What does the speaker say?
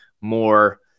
more